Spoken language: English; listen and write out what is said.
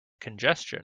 congestion